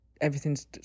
everything's